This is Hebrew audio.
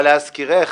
-- אבל להזכירך,